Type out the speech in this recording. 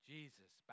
Jesus